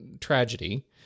tragedy